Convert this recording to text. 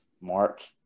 Mark